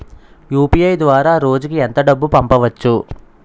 UPI ద్వారా రోజుకి ఎంత డబ్బు పంపవచ్చు?